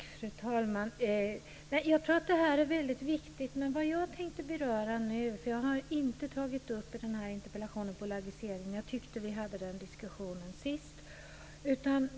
Fru talman! Jag tror att det här är väldigt viktigt. Jag har dock inte tagit upp bolagisering i den här interpellationen, då jag tyckte att vi hade den diskussionen sist.